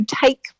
take